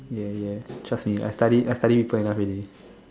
ya ya trust me I study I study long enough already